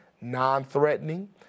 non-threatening